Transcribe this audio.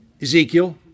Ezekiel